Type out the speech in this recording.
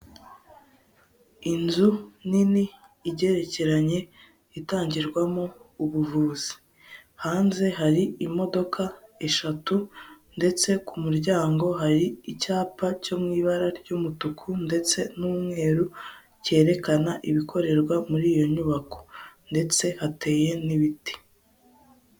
Inzu nini igerekeranye itangirwamo ubuvuzi, hanze hari imodoka eshatu ndetse ku muryango hari icyapa cyo mu ibara ry'umutuku ndetse n'umweru, cyerekana ibikorerwa muri iyo nyubako ndetse hateye n'ibiti.